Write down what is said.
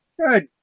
Good